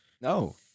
No